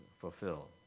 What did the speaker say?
fulfill